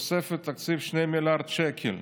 תוספת תקציב של 2 מיליארד שקל.